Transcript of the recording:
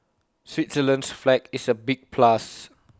Switzerland's flag is A big plus